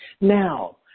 Now